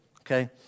okay